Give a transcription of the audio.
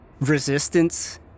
resistance